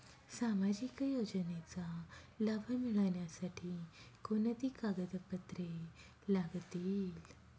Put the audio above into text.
सामाजिक योजनेचा लाभ मिळण्यासाठी कोणती कागदपत्रे लागतील?